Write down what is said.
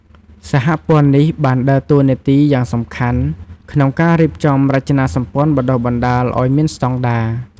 សហព័ន្ធនេះបានដើរតួនាទីយ៉ាងសំខាន់ក្នុងការរៀបចំរចនាសម្ព័ន្ធបណ្ដុះបណ្ដាលឲ្យមានស្តង់ដារ។